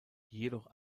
jedoch